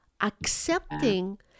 accepting